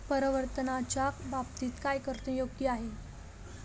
परावर्तनाच्या बाबतीत काय करणे योग्य आहे